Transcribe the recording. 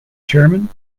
chairman